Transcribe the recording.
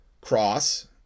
cross